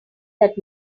that